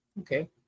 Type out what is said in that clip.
Okay